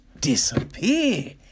disappear